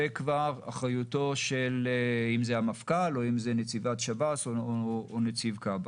זו כבר אחריותו של המפכ"ל או נציבת שב"ס או נציב כב"ה.